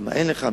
כמה אין לך,